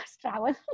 travel